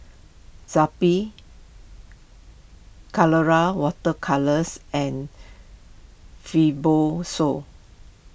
Zappy Colora Water Colours and Fibrosol